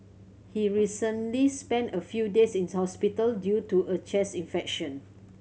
he recently spent a few days in hospital due to a chest infection